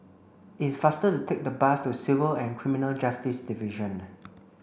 it's faster to take the bus to Civil and Criminal Justice Division